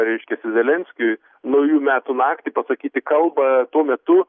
reiškiasi zelenskiui naujų metų naktį pasakyti kalbą tuo metu